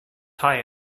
tyre